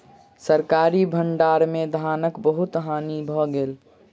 सरकारी भण्डार में धानक बहुत हानि भ गेल